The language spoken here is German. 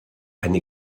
eine